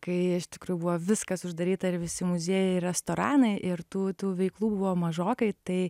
kai iš tikrųjų buvo viskas uždaryta ir visi muziejai ir restoranai ir tų tų veiklų buvo mažokai tai